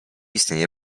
istnieje